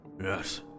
Yes